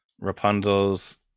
Rapunzel's